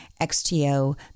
XTO